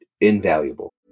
invaluable